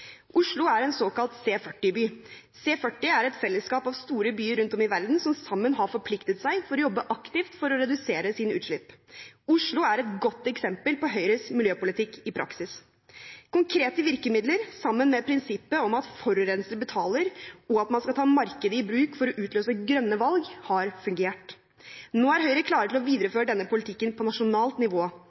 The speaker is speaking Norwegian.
Oslo er en såkalt C40-by. C40 er et fellesskap av store byer rundt om i verden som sammen har forpliktet seg til å jobbe aktivt for å redusere sine utslipp. Oslo er et godt eksempel på Høyres miljøpolitikk i praksis. Konkrete virkemidler, sammen med prinsippet om at forurenser betaler, og at man skal ta markedet i bruk for å utløse grønne valg, har fungert. Nå er Høyre klar til å videreføre denne politikken på nasjonalt nivå,